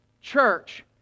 church